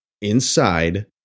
inside